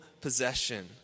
possession